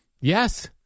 Yes